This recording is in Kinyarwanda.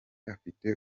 afite